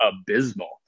abysmal